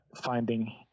finding